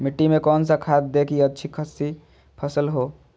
मिट्टी में कौन सा खाद दे की अच्छी अच्छी खासी फसल हो?